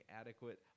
adequate